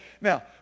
now